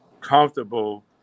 comfortable